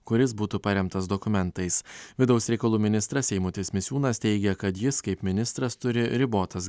kuris būtų paremtas dokumentais vidaus reikalų ministras eimutis misiūnas teigia kad jis kaip ministras turi ribotas